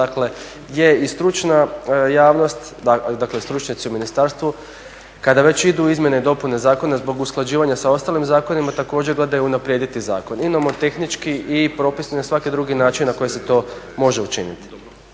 dakle je i stručna javnost, dakle stručnjaci u ministarstvu kada već idu u izmjene i dopune zakona zbog usklađivanja sa ostalim zakonima također gledaju unaprijediti zakon i nomotehnički i propisno i na svaki drugi način na koji se to može učiniti.